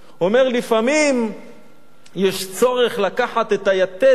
הוא אומר: לפעמים יש צורך לקחת את היתד,